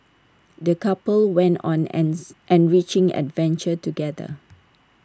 the couple went on ans enriching adventure together